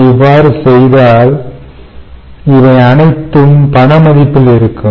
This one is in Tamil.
நாம் இவ்வாறு செய்தால் இவை அனைத்தும் பண மதிப்பில் இருக்கும்